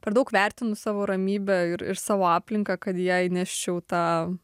per daug vertinu savo ramybę ir savo aplinką kad jei neščiau tau